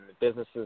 businesses